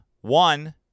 One